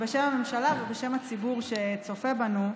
ובשם הממשלה, ובשם הציבור שצופה בנו.